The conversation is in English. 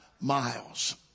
miles